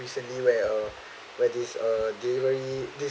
recently where uh where this uh delivery this